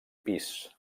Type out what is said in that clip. pis